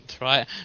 right